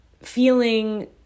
feeling